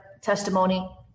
testimony